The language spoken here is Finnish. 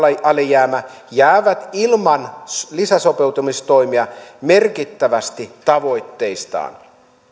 alijäämä jäävät ilman lisäsopeutumistoimia merkittävästi tavoitteistaan